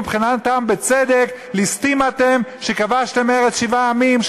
ומבחינתם בצדק: ליסטים אתם שכבשתם ארץ שבעה עמים,